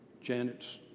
Janet's